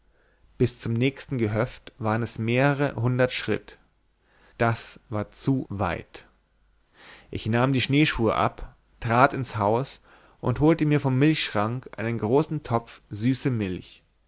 bis zum nächsten gehöft waren es mehrere hundert schritt das war zu weit ich nahm die schneeschuhe ab trat ins haus und holte mir vom milchschrank einen großen topf süße milch